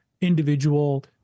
individual